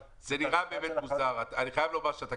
אני לא יודע מה סיכמתם לגבי הרכבת